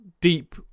deep